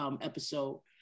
episode